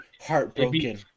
heartbroken